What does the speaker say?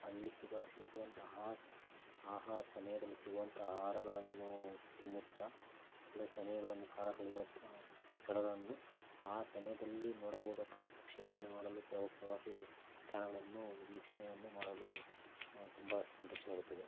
ಅಲ್ಲಿ ಸಿಗೊ ಸಿಗುವಂತಹ ಆಹಾ ಸಮಯದಲ್ಲಿ ಸಿಗುವಂಥ ಆಹಾರಗಳನ್ನೂ ತಿನ್ನುತ್ತ ಕೆಲವು ಸಮಯಗಳನ್ನು ಕಾಲ ಕಳೆಯುವತ್ತ ಸ್ಥಳಗಳನ್ನು ಆ ಸಮಯದಲ್ಲಿ ನೋಡಬಹುದಕ್ಕಂಥ ಪಕ್ಷಿಗಳನ್ನು ನೋಡಲು ಕೆಲವು ಪ್ರವಾಸಿ ತಾಣಗಳನ್ನು ವೀಕ್ಷಣೆಯನ್ನು ಮಾಡಲು ತುಂಬ ಸಂತೋಷವಾಗುತ್ತದೆ